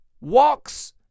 walks